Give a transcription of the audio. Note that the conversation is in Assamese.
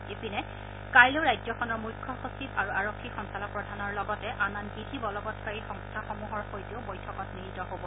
ইপিনে কাইলৈ ৰাজ্যখনৰ মুখ্য সচিব আৰু আৰক্ষী সঞ্চালক প্ৰধানৰ লগতে আন আন বিধি বলবৎকাৰী সংস্থাসমূহৰ সৈতে বৈঠকত মিলিত হ'ব